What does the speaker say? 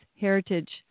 heritage